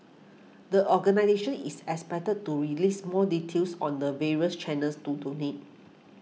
the organisation is expected to release more details on the various channels to donate